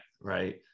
Right